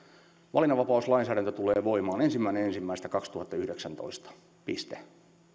valinnanvapauslainsäädäntö tulee voimaan ensimmäinen ensimmäistä kaksituhattayhdeksäntoista piste